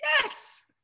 Yes